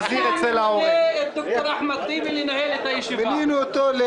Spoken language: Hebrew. מצב זה נובע מפרקטיקה הנוהגת בכנסת.